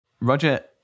Roger